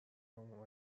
اون